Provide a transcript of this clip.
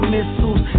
Missiles